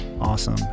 awesome